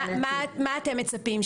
מה אתם מצפים,